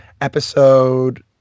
episode